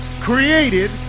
created